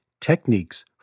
Techniques